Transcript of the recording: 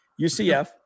UCF